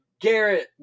Garrett